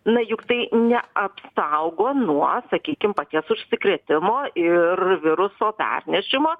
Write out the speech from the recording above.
na juk tai neapsaugo nuo sakykim paties užsikrėtimo ir viruso pernešimo